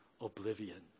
oblivion